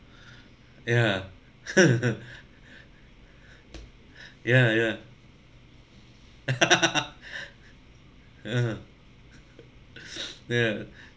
ya ya ya (uh huh) ya